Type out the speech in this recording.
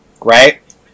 right